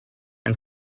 and